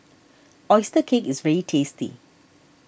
Oyster Cake is very tasty